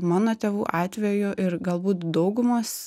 mano tėvų atveju ir galbūt daugumos